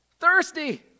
Thirsty